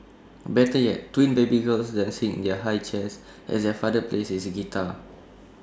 better yet twin baby girls dancing in their high chairs as their father plays his guitar